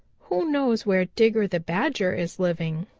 who knows where digger the badger is living?